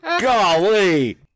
Golly